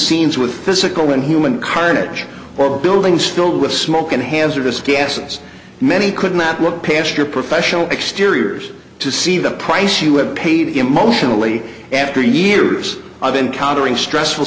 scenes with physical and human carnage or buildings filled with smoke and hazardous gases many could not look past your professional exteriors to see the price you have paid emotionally after years of encountering stressful